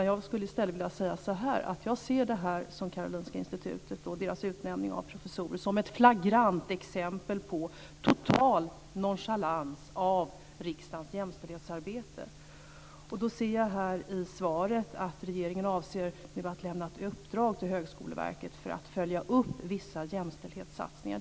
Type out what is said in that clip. Jag skulle i stället vilja säga att jag ser Karolinska institutets utnämning av professorer som ett flagrant exempel på total nonchalans av riksdagens jämställdhetsarbete. Jag ser i svaret att regeringen nu avser att lämna ett uppdrag till Högskoleverket för att följa upp vissa jämställdhetssatsningar.